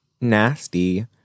Nasty